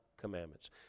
commandments